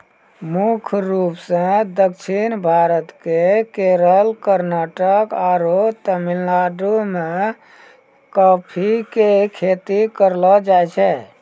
मुख्य रूप सॅ दक्षिण भारत के केरल, कर्णाटक आरो तमिलनाडु मॅ कॉफी के खेती करलो जाय छै